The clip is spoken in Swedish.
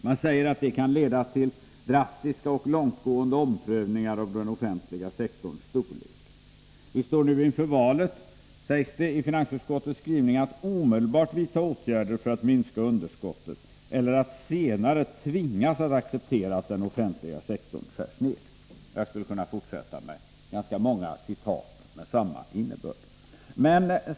Man säger att det kan leda till drastiska och långtgående omprövningar av den offentliga sektorns storlek. Vi står nu inför valet, sägs det i finansutskottets skrivning, att omedelbart vidta åtgärder för att minska underskottet eller att senare tvingas acceptera att den offentliga sektorn skärs ned. Jag skulle kunna redovisa ganska många skrivningar med samma innebörd.